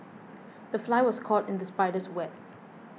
the fly was caught in the spider's web